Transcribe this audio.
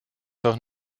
doch